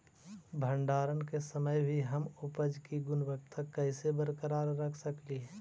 भंडारण के समय भी हम उपज की गुणवत्ता कैसे बरकरार रख सकली हे?